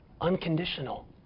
unconditional